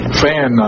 fan